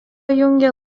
jungia